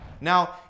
Now